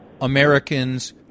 Americans